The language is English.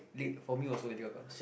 for me also Lady Gaga